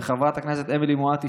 וחברת הכנסת אמילי מואטי,